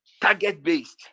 target-based